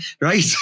right